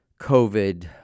COVID